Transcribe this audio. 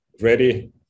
ready